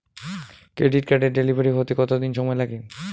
Credit কার্ডের delivery হতে কতদিন সময় লাগে?